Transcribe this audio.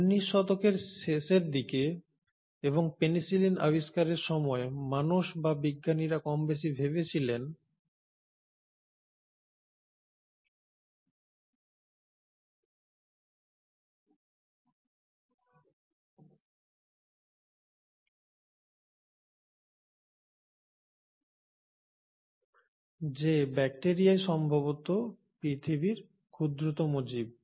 19 শতকের শেষের দিকে এবং পেনিসিলিন আবিষ্কারের জন্য মানুষ বা বিজ্ঞানীরা কমবেশি ভেবেছিলেন যে ব্যাকটিরিয়াই সম্ভবত পৃথিবীর ক্ষুদ্রতম জীব